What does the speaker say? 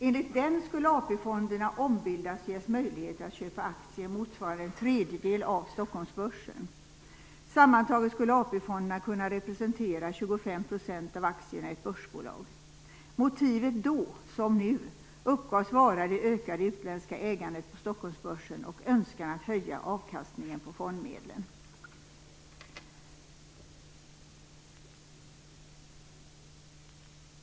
Enligt den skulle AP-fonderna ombildas och ges möjligheter att köpa aktier motsvarande en tredjedel av Stockholmsbörsen. Sammantaget skulle AP-fonderna kunna representera 25 % av aktierna i ett börsbolag. Motivet då, som nu, uppgavs vara det ökade utländska ägandet på Stockholmsbörsen och önskan att höja avkastningen på fondmedlen.